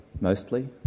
mostly